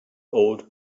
old